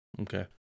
Okay